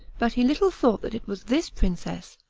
but he little thought that it was this princess,